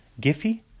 Giffy